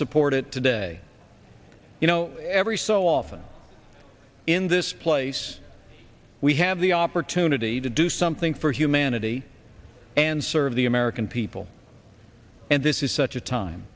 support it today you know every so often in this place we have the opportunity to do something for human andy and serve the american people and this is such a time